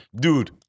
dude